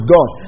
God